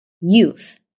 youth